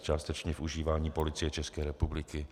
Částečně v užívání Policie České republiky.